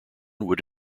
would